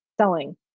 selling